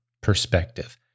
perspective